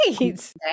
right